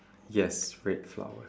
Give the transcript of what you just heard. yes red flowers